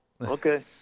Okay